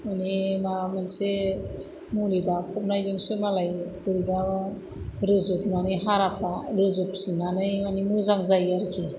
मानि माबा मोनसे मुलि दाफबनायजोंसो मालाय बोरैबा रोजोबनानै हाराफ्रा रोजोब फिननानै मानि मोजां जायो आरोखि